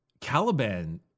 Caliban